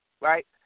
right